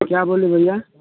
क्या बोले भैया